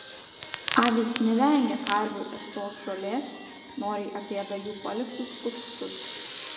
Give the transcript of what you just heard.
avys nevengia karvių ėstos žolės noriai apėda jų paliktus kupstus